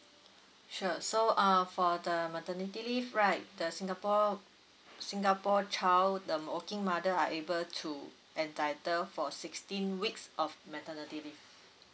sure so uh for the maternity leave right the singapore singapore child um working mother are able to entitle for sixteen weeks of maternity leave